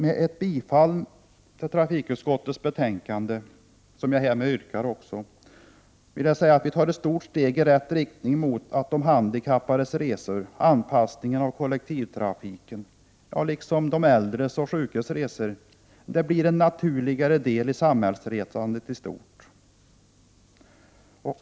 Med ett bifall till utskottets hemställan i trafikutskottets betänkande nr 17, som jag härmed tillstyrker, tar vi ett stort steg i rätt riktning mot att de handikappades resor, anpassningen av kollektivtrafiken liksom de äldres och sjukas resor blir en naturligare del i samhällsresandet i stort.